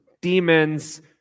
demons